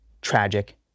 tragic